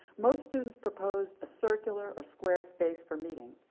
most students proposed a circular or square space for meeting.